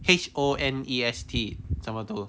H O N E S T 怎么读